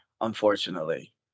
unfortunately